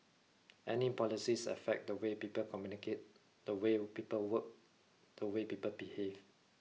any policies affect the way people communicate the way people work the way people behave